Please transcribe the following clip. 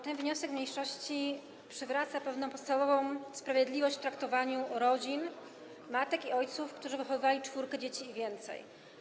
Ten wniosek mniejszości przywraca pewną podstawową sprawiedliwość w traktowaniu rodzin, matek i ojców, którzy wychowali czwórkę dzieci i więcej.